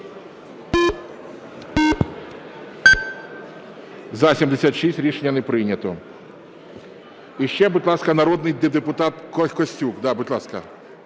За-76 Рішення не прийнято. Іще, будь ласка, народний депутат Костюк.